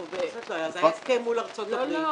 זה היה הסכם מול ארה"ב.